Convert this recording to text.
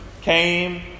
came